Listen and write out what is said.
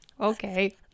Okay